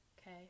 okay